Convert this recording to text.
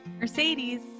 Mercedes